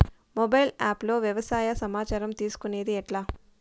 Mobile app లో వ్యవసాయ సమాచారం తీసుకొనేది ఎట్లా?